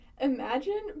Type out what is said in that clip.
Imagine